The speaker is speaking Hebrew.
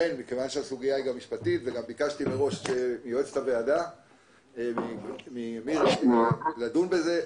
מכיוון שהסוגיה היא גם משפטית וגם ביקשתי מראש מיועצת הוועדה לדון בזה,